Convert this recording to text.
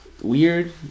weird